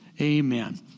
Amen